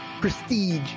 prestige